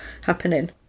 happening